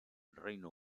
reino